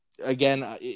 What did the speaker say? Again